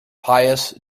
pious